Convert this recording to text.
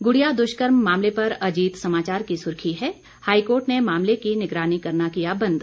गुड़िया दुष्कर्म मामले पर अजीत समाचार की सुर्खी है हाईकोर्ट ने मामले की निगरानी करना किया बंद